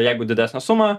jeigu didesnę sumą